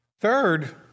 Third